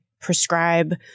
prescribe